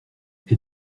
êtes